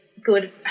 Good